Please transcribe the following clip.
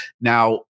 now